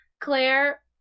claire